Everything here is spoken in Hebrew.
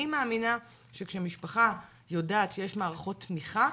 אני מאמינה שכשמשפחה יודעת שיש מערכות תמיכה,